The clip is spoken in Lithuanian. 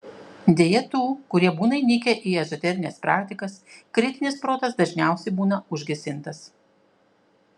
deja tų kurie būna įnikę į ezoterines praktikas kritinis protas dažniausiai būna užgesintas